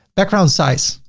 background size,